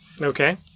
Okay